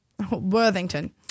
Worthington